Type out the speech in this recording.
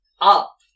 up